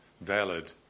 valid